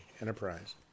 Enterprise